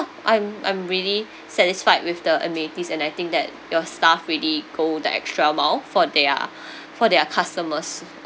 I'm I'm really satisfied with the amenities and I think that your staff really go the extra mile for their for their customers